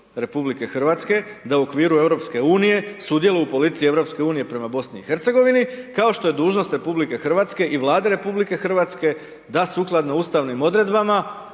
Republike Hrvatske da u okviru Europske unije sudjeluje u politici Europske unije prema Bosni i Hercegovini, kao što je dužnost Republike Hrvatske i Vlade Republike Hrvatske da sukladno ustavnim odredbama,